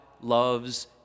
loves